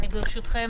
ברשותכם,